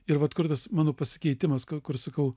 ir vat kur tas mano pasikeitimas ką sakau